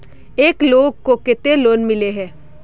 एक लोग को केते लोन मिले है?